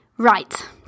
Right